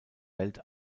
welt